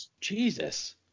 Jesus